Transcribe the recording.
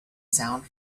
sound